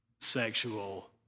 sexual